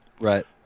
Right